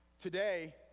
Today